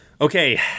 Okay